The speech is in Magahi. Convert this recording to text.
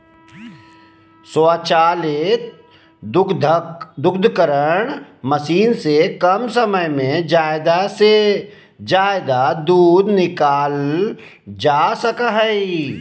स्वचालित दुग्धकरण मशीन से कम समय में ज़्यादा से ज़्यादा दूध निकालल जा सका हइ